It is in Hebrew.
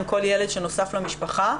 עם כל ילד שנוסף למשפחה,